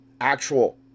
actual